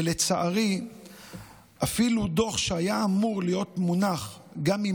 ולצערי אפילו דוח שהיה אמור להיות מונח גם אם